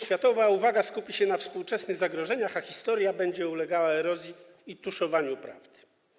Światowa uwaga skupi się na współczesnych zagrożeniach, a historia będzie ulegała erozji, będzie tuszowana prawda.